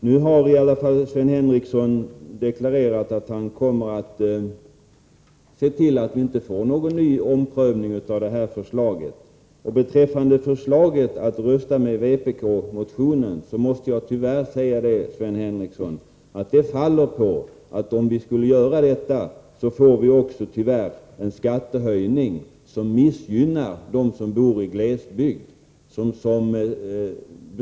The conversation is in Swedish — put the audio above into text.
Sven Henricsson har nu i alla fall deklarerat att han kommer att se till att vi inte får någon ny omprövning av detta förslag. Han föreslår att vi skall rösta med vpk-motionen. Men det förslaget faller på att vi i så fall tyvärr skulle få också en skattehöjning, som missgynnar dem som bor i glesbygden.